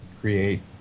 create